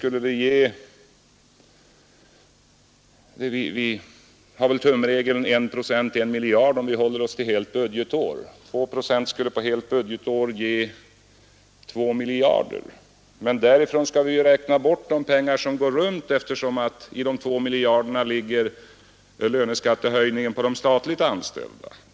Vi brukar följa den tumregeln att 1 procent motsvarar 1 miljard kronor för ett helt budgetår. 2 procent skulle på ett helt budgetår ge 2 miljarder. Men därifrån skall vi räkna bort de pengar som bara går runt, eftersom det i de 2 miljarderna ligger en löneskattehöjning för de statligt anställda.